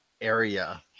area